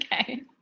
Okay